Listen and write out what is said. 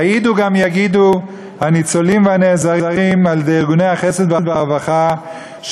יעידו גם יגידו הניצולים והנעזרים על-ידי ארגוני החסד והרווחה,